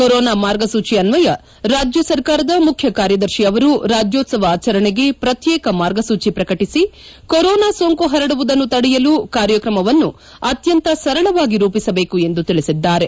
corona ಮಾರ್ಗ ಸೂಚಿ ಅನ್ವಯ ರಾಜ್ಯ ಸರ್ಕಾರದ ಮುಖ್ಯ ಕಾರ್ಯದರ್ಶಿ ಅವರು ರಾಜ್ಯೋತ್ಸವ ಆಚರಣೆಗೆ ಪ್ರಕ್ಯೇಕ ಮಾರ್ಗಸೂಚಿ ಪ್ರಕಟಿಸಿ ಕೊರೊನಾ ಸೋಂಕು ಪರಡುವುದನ್ನು ತಡೆಯಲು ಕಾರ್ಯಕ್ರಮವನ್ನು ಅತ್ಯಂತ ಸರಳವಾಗಿ ರೂಪಿಸಬೇಕು ಎಂದು ತಿಳಿಸಿದ್ದಾರೆ